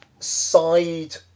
side